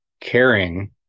caring